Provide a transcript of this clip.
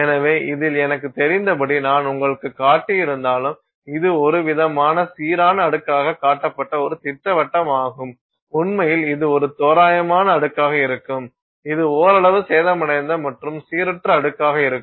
எனவே இதில் எனக்குத் தெரிந்தபடி நான் உங்களுக்குக் காட்டியிருந்தாலும் இது ஒருவிதமான சீரான அடுக்காகக் காட்டப்பட்ட ஒரு திட்டவட்டமாகும் உண்மையில் இது ஒரு தோராயமான அடுக்காக இருக்கும் இது ஓரளவு சேதமடைந்த மற்றும் சீரற்ற அடுக்காக இருக்கும்